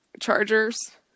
chargers